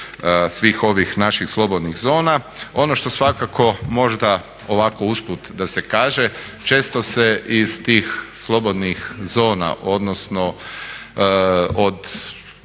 svih ovih naših slobodnih zona. Ono što svakako možda ovako usput da se kaže, često se iz tih slobodnih zona odnosno od